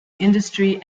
industry